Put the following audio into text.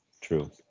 True